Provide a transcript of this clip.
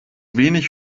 wenig